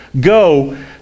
go